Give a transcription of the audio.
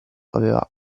aveva